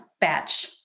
batch